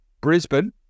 Brisbane